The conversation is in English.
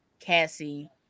Cassie